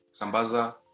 Sambaza